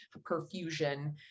perfusion